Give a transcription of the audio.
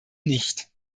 nicht